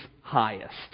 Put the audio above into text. highest